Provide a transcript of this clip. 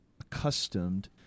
accustomed